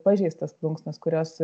pažeistos plunksnos kurios